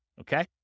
Okay